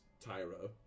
Tyro